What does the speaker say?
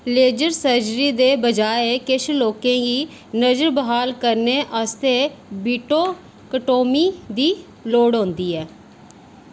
laser surgery दे बजाए किश लोकें गी नज़र ब्हाल करने आस्तै वीटोक्टोमी दी लोड़ होंदी ऐ